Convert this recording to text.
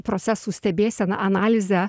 procesų stebėsena analize